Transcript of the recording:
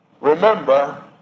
Remember